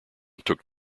took